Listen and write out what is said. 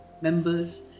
members